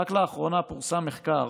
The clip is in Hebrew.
רק לאחרונה פורסם מחקר